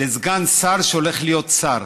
על סגן שר שהולך להיות שר.